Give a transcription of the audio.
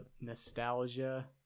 Nostalgia